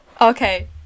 Okay